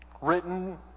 written